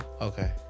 Okay